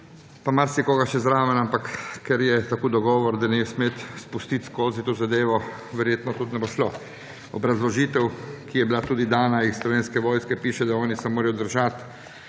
pa marsikoga še zraven, ampak ker je tako dogovor, da ne spet spustiti skozi to zadevo, verjetno tudi ne bo šlo. V obrazložitvi, ki je bila tudi dana iz Slovenske vojske, piše, da oni se morajo držati